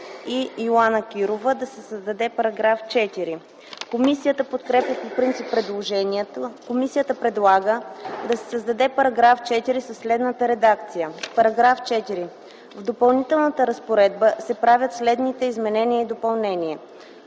и Йоана Кирова – да се създаде § 4. Комисията подкрепя по принцип предложението. Комисията предлага да се създаде § 4 със следната редакция: § 4. В „Допълнителната разпоредба” се правят следните изменения и допълнения: